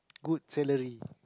good salary